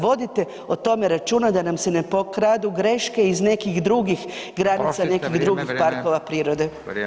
Vodite o tome računa da nam se ne pokradu greške iz nekih drugih granica nekih drugih [[Upadica: Prošli ste vrijeme, vrijeme.]] parkova prirode.